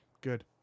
good